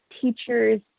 teachers